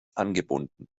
angebunden